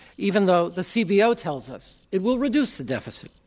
even though the cbo tells us it will reduce the deficit.